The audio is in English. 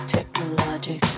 Technologic